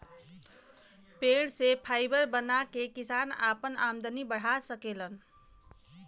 पेड़ से फाइबर बना के किसान आपन आमदनी बढ़ा सकेलन